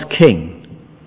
king